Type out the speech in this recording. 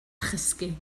chysgu